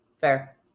Fair